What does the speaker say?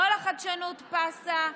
כל החדשנות פסה,